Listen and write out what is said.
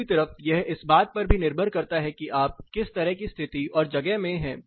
दूसरी तरफ यह इस बात पर भी निर्भर करता है कि आप किस तरह की स्थिति और जगह में हैं